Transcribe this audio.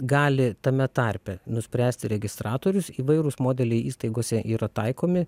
gali tame tarpe nuspręsti registratorius įvairūs modeliai įstaigose yra taikomi